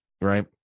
Right